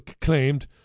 claimed